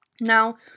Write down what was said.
Now